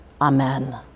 Amen